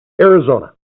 Arizona